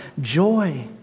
joy